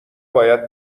باید